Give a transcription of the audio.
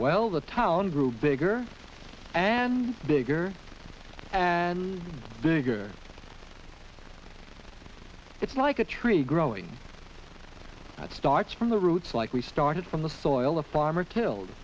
the town grew bigger and bigger and bigger it's like a tree growing that starts from the roots like we started from the soil the farmer killed